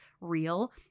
real